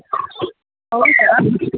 ಹೌದಾ